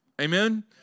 Amen